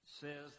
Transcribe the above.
says